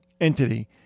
entity